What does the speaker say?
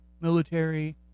military